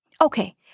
Okay